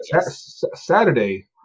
Saturday